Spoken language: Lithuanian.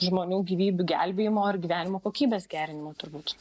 žmonių gyvybių gelbėjimo ir gyvenimo kokybės gerinimo turbūt